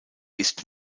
ist